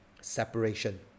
separation